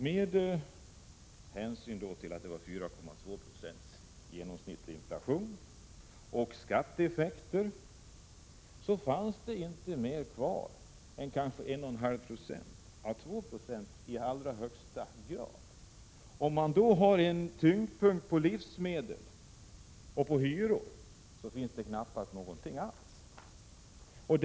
Med hänsyn tagen till en genomsnittlig inflation på 4,2 76 och skatteeffekter blev det inte mer kvar än kanske 1,5 90, högst 2 20. Ligger tyngdpunkten i konsumtionen på livsmedel och hyra, blir det knappast någonting alls kvar.